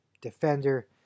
defender